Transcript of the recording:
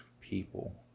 people